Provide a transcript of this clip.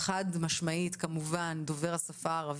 חד משמעית כמובן דובר השפה הערבית,